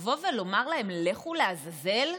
לבוא ולומר להם "לכו לעזאזל"?